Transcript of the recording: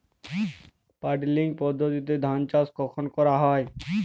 Puddling পদ্ধতিতে ধান চাষ কখন করা হয়?